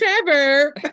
Trevor